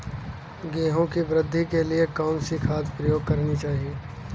गेहूँ की वृद्धि के लिए कौनसी खाद प्रयोग करनी चाहिए?